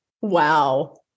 wow